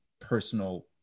personal